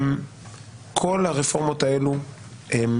כול הרפורמות האלה לא